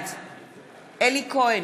בעד אלי כהן,